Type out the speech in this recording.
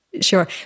Sure